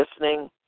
listening